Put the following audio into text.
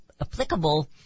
applicable